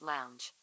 Lounge